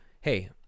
hey